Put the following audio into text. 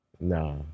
Nah